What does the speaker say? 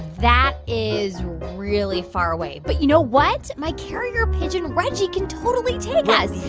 that is really far away. but you know what? my carrier pigeon reggie can totally take ah us.